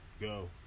go